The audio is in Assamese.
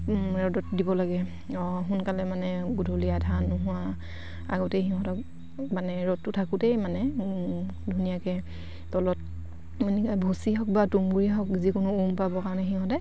ৰ'দত দিব লাগে অ সোনকালে মানে গধূলি আন্ধাৰ নোহোৱা আগতেই সিহঁতক মানে ৰ'দটো থাকোঁতেই মানে ধুনীয়াকে তলত এনেকে ভুচি হওক বা তুঁহগুড়ি হওক যিকোনো উম পাবৰ কাৰণে সিহঁতে